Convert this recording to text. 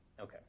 Okay